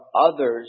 others